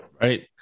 Right